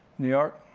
new york,